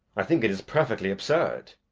i think it is perfectly absurd.